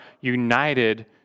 united